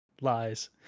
lies